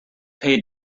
paid